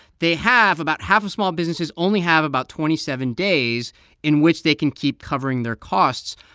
they have about half of small businesses only have about twenty seven days in which they can keep covering their costs,